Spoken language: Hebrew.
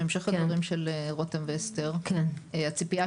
בהמשך לדברים של רותם ואסתר: הציפייה